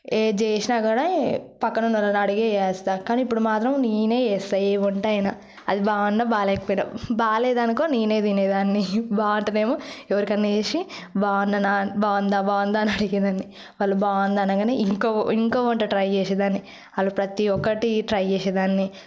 ఏది చేసినా కూడ పక్కన్న ఉన్న వాళ్ళని అడిగే చేస్తా కానీ ఇప్పుడు మాత్రం నేనే చేస్తా ఏ వంట అయినా అది బావున్నా బాలేకపోయినా బాలేదనుకో నేనే తినేదాన్ని బావుంటేనేమో ఎవరికన్నా వేసి బాగుందా బాగుందా బాగుందా అని అడిగేదాన్ని వాళ్ళు బాగుంది అనంగానే ఇంకో ఇంకో వంట ట్రై చేసేదాన్ని అలా ప్రతీ ఒక్కటి ట్రై చేసేదాన్ని